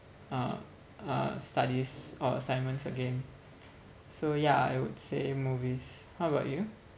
uh uh studies or assignments again so ya I would say movies how about you